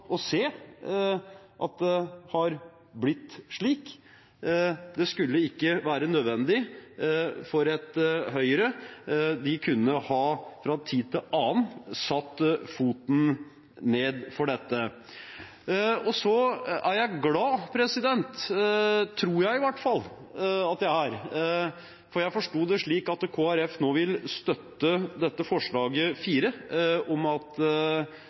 å se at det har blitt slik. Det skulle ikke være nødvendig for Høyre. De kunne fra tid til annen satt foten ned for dette. Så er jeg glad, det tror jeg i hvert fall at jeg er, for jeg forsto det slik at Kristelig Folkeparti nå vil støtte forslag nr. 4, om at